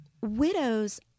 widows